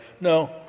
No